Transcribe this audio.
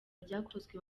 ryakozwe